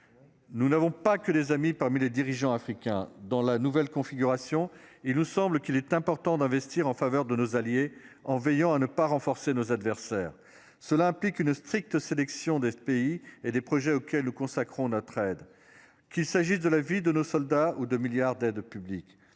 Nous n'avons pas que des amis parmi les dirigeants africains dans la nouvelle configuration et il nous semble qu'il est important d'investir en faveur de nos alliés, en veillant à ne pas renforcer nos adversaires. Cela implique une stricte sélection des pays et des projets auxquels nous consacrons notre raide. Qu'il s'agisse de la vie de nos soldats ou 2 milliards d'aides publiques